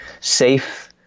safe